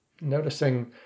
Noticing